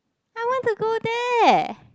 I want to go there